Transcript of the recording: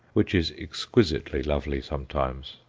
which is exquisitely lovely sometimes.